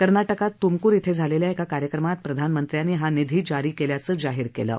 कर्नाटकात तुमकूर इथं झालेल्या एका कार्यक्रमात प्रधामंत्र्यांनी हा निधी जारी केल्याचं जाहीर केलं आहे